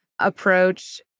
approach